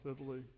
Italy